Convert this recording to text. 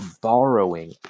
borrowing